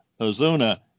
Azuna